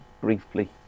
briefly